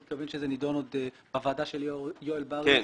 הוא מתכוון שזה נדון עוד בוועדה של יואל בריס,